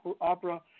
opera